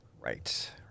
Right